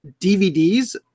DVDs